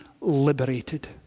liberated